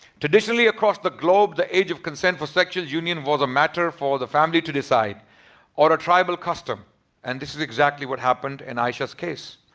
traditionally, across the globe, the age of consentfor a sexual union wasa matter for the family todecide, or a tribal custom and this is exactly what happened in aisha's case.